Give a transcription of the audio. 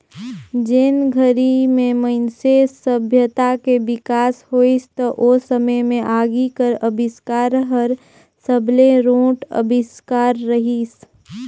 जेन घरी में मइनसे सभ्यता के बिकास होइस त ओ समे में आगी कर अबिस्कार हर सबले रोंट अविस्कार रहीस